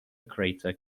crater